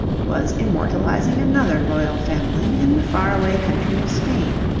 was immortalizing another royal family in the far-away country of spain.